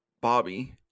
bobby